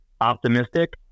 optimistic